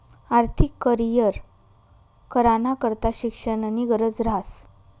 आर्थिक करीयर कराना करता शिक्षणनी गरज ह्रास